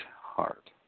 heart